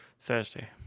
Thursday